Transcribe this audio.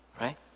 right